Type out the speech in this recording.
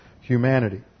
humanity